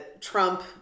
Trump